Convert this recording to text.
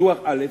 פיתוח א',